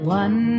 one